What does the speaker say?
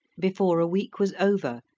before a week was over,